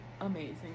amazing